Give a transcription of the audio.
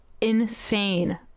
insane